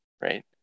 right